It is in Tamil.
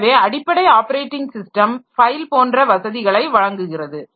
எனவே அடிப்படை ஆப்பரேட்டிங் ஸிஸ்டம் ஃபைல் போன்ற வசதிகளை வழங்குகிறது